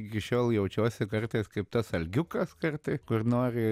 iki šiol jaučiuosi kartais kaip tas algiukas kartai kur nori